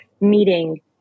meeting